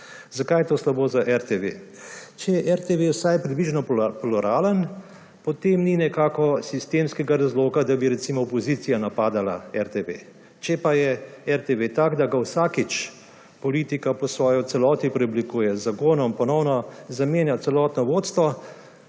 Zakaj je to slabo za RTV? Če je RTV vsaj približno pluralen, potem ni nekako sistemskega razloga, da bi recimo opozicija napadala RTV. Če pa je RTV tak, da ga vsakič politika po svoje v celoti preoblikuje z zakonom, ponovno zamenja celotno vodstvo,